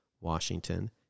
Washington